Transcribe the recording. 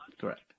Correct